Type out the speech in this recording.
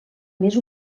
més